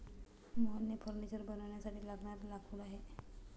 मोहनकडे फर्निचर बनवण्यासाठी लागणारे लाकूड आहे